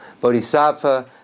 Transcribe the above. Bodhisattva